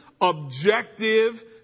objective